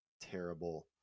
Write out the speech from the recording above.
terrible